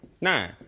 Nine